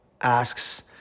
asks